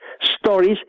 stories